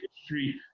history